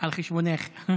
על חשבונך.